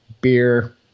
beer